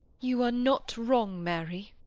you are not wrong, mary.